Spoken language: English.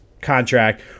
contract